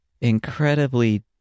incredibly